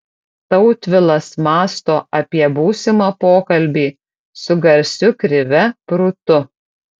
tautvilas mąsto apie būsimą pokalbį su garsiu krive prūtu